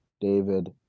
David